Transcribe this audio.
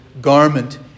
garment